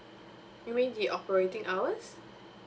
you mean the operating hours